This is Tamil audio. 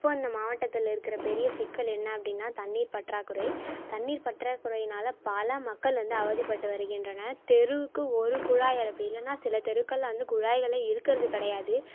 இப்போது இந்த மாவட்டத்தில் இருக்கிற பெரிய சிக்கல் என்ன அப்படினா தண்ணீர் பற்றாக்குறை தண்ணீர் பற்றாக்குறைனால் பல மக்கள் வந்து அவதிப்பட்டு வருகின்றனர் தெருவுக்கு ஒரு குழாய் அப்படினா இல்லைனா சில தெருக்களில் வந்து குழாய்களே இருக்கிறது கிடையாது